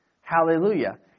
Hallelujah